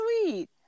sweet